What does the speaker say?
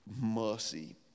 mercy